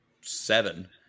seven